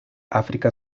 áfrica